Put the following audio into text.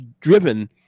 driven